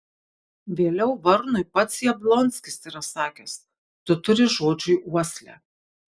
vėliau varnui pats jablonskis yra sakęs tu turi žodžiui uoslę